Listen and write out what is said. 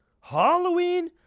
Halloween